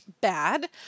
bad